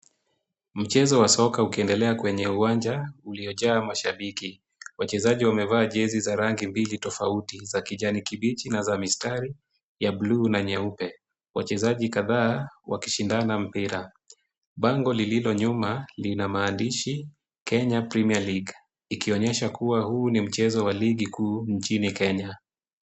Mchezo wa soka ukiendelea kwenye uwanja uliojaa mashabiki. Wachezaji wamevaa jezi za rangi mbili tofauti, za kijani kibichi na za mistari ya buluu na nyeupe. Wachezaji kadhaa wakishindana mpira. Bango lililo nyuma lina maandishi Kenya Premier League ikionyesha kuwa huu ni mchezo wa ligi kuu nchini Kenya.